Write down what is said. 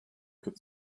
could